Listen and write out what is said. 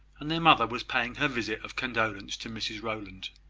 and their mother was paying her visit of condolence to mrs rowland.